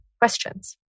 questions